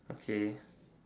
okay